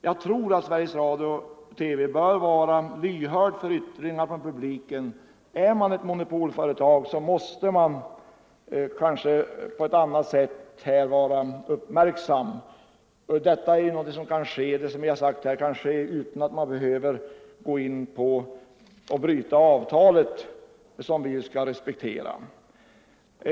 Man bör på Sveriges Radio-TV vara lyhörd för yttringar från publiken. Man måste på Sveriges Radio-TV, som är ett monopolföretag, kanske vara särskilt uppmärksam. Det som vi krävt kan genomföras utan att man behöver bryta det avtal som Sveriges Radio-TV har att respektera.